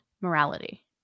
morality